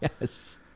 Yes